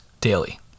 daily